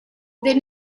then